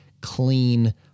clean